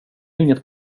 inget